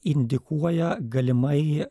indikuoja galimai